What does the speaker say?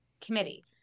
committee